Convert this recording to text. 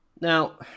Now